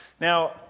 Now